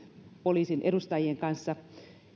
poliisin edustajien kanssa